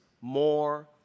more